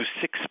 six